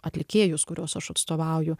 atlikėjus kuriuos aš atstovauju